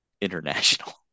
international